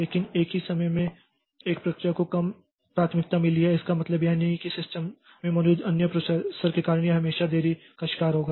लेकिन एक ही समय में एक प्रक्रिया को कम प्राथमिकता मिली है इसका मतलब यह नहीं है कि सिस्टम में मौजूद अन्य प्रोसेसर के कारण यह हमेशा देरी का शिकार होगा